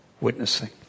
witnessing